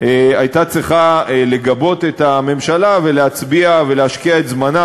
הייתה צריכה לגבות את הממשלה ולהצביע ולהשקיע את זמנה,